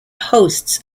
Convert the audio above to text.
hosts